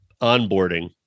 onboarding